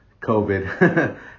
COVID